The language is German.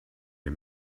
wir